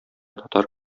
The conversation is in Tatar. татар